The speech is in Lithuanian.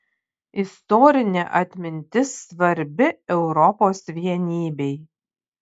istorinė atmintis svarbi europos vienybei